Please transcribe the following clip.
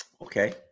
Okay